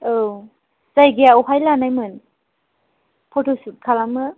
औ जायगाया बबेहाय लानायमोन फट'सुट खालामनो